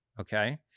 Okay